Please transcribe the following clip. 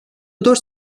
dört